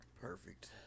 Perfect